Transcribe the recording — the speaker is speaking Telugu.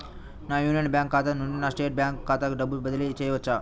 నా యూనియన్ బ్యాంక్ ఖాతా నుండి నా స్టేట్ బ్యాంకు ఖాతాకి డబ్బు బదిలి చేయవచ్చా?